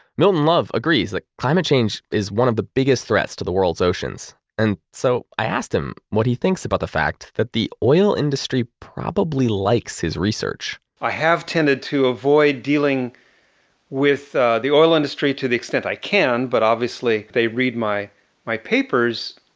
milton love agrees that climate change is one of the biggest threats to the world's oceans. and so, i asked him what he thinks about the fact that the oil industry probably likes his research i have tended to avoid dealing with the oil industry to the extent i can, but obviously they read my my papers,